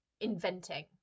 inventing